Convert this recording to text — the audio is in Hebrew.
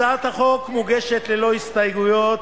הצעת החוק מוגשת ללא הסתייגויות.